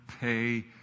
pay